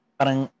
parang